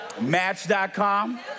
Match.com